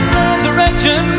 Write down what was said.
resurrection